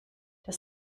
das